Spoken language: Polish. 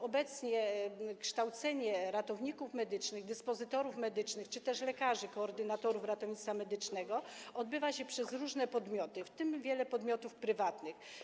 Obecnie kształcenie ratowników medycznych, dyspozytorów medycznych czy też lekarzy koordynatorów ratownictwa medycznego prowadzone jest przez różne podmioty, w tym wiele podmiotów prywatnych.